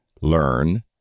learn